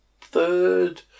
third